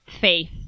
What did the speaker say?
faith